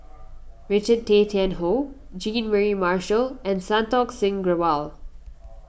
Richard Tay Tian Hoe Jean Mary Marshall and Santokh Singh Grewal